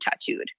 tattooed